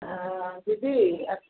দিদি